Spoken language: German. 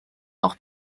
auch